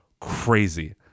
crazy